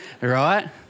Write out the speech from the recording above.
right